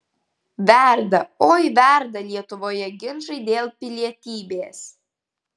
verda oi verda lietuvoje ginčai dėl pilietybės